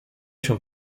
się